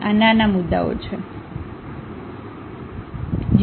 આ નાના મુદ્દાઓ છે